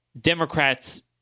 Democrats